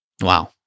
Wow